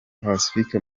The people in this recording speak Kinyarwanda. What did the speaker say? pacifique